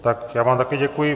Tak já vám také děkuji.